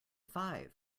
five